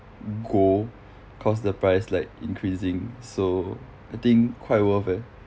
gold cause the price like increasing so I think quite worth eh